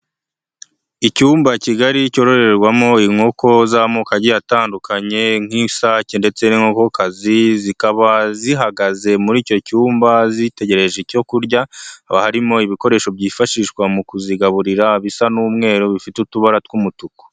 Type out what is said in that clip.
Icyumba kigali cyororerwamo inkoko z'amoko agiye atandukanye, nk'isake ndetse n'inkokokazi, zikaba zihagaze muri icyo cyumba zitegereje icyo kurya, haka harimo ibikoresho byifashishwa mu kuzigaburira bisa n'umweru, bifite utubara tw'umutuku.